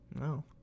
No